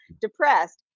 depressed